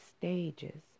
stages